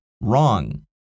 wrong